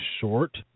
short